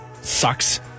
Sucks